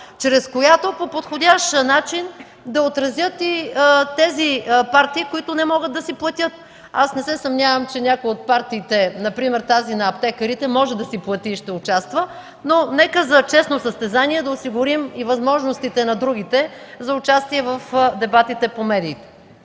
чрез която по подходящ начин да отразят и тези партии, които не могат да си платят. Аз не се съмнявам, че някоя от партиите, например тази на аптекарите, може да си плати и ще участва, но нека за честно състезание да осигурим и възможностите на другите за участие в дебатите по медиите.